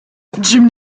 jim